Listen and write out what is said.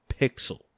pixel